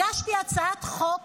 הגשתי הצעת חוק